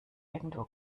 irgendwo